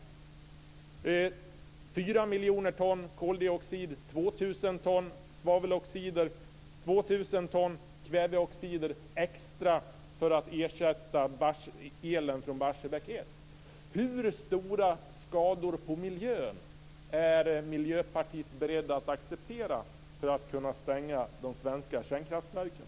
Det är fyra miljoner ton koldioxid, 2 000 ton svaveloxid och 2 000 ton kväveoxid extra för att man ersätter elen från Barsebäck 1. Hur stora skador på miljön är Miljöpartiet berett att acceptera för att kunna stänga de svenska kärnkraftverken?